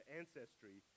ancestry